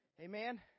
Amen